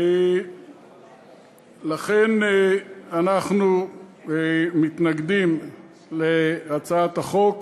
לכן, אנחנו מתנגדים להצעת החוק.